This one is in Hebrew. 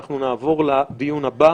נעבור לדיון הבא